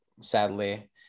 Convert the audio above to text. sadly